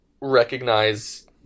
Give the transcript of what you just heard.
recognize